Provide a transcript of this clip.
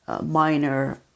minor